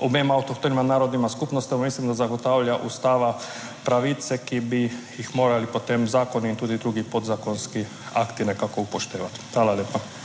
obema avtohtonima narodnima skupnostma, mislim, da zagotavlja Ustava pravice, ki bi jih morali potem zakoni in tudi drugi podzakonski akti nekako upoštevati. Hvala lepa.